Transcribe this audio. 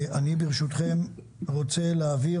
אני רוצה להודות